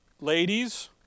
Ladies